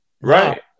Right